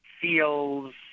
feels